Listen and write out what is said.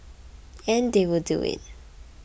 and they will do it